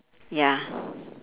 ya